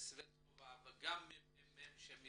סבטלובה וגם מ.מ.מ